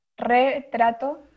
retrato